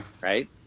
right